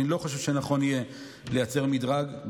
אני לא חושב שנכון יהיה לייצר מדרג.